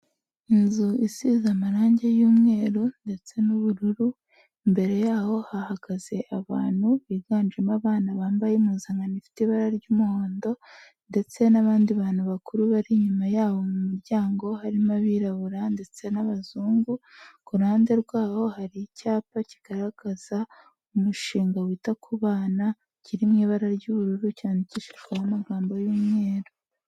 Inzu isize amarangi y'umweru ndetse n'ubururu imbere yaho hahagaze abantu biganjemo abana bambaye impuzankano ifite ibara ry'umuhondo ndetse n'abandi bantu bakuru bari inyuma yabo mu muryango harimo abirabura ndetse n'abazungu ku ruhande rwaho hari icyapa kigaragaza umushinga wita ku bana kiri mu ibara ry'ubururu cyandikishijweho amagambo y'umweru.